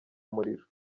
muriro